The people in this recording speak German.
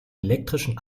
elektrischen